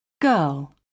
girl